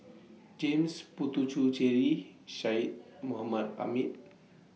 James Puthucheary Syed Mohamed Ahmed